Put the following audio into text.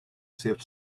saved